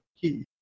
key